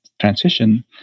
transition